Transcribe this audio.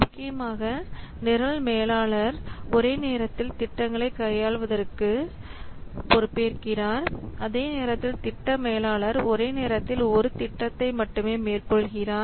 முக்கியமாக நிரல் மேலாளர் பல ஒரே நேரத்தில் திட்டங்களை கையாளுவதற்கு அவர் பொறுப்பேற்கிறார் அதே நேரத்தில் திட்ட மேலாளர் ஒரு நேரத்தில் ஒரு திட்டத்தை மட்டுமே மேற்கொள்கிறார்